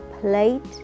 plate